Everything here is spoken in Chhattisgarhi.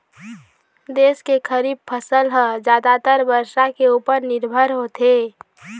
देश के खरीफ फसल ह जादातर बरसा के उपर निरभर होथे